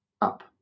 up